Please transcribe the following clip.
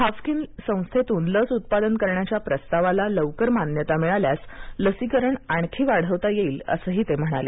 Haffkine संस्थेतून लस उत्पादन करण्याच्या प्रस्तावाला लवकर मान्यता मिळाल्यास लसीकरण आणखी वाढवता येईल असंही ते म्हणाले